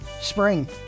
Spring